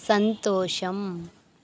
సంతోషం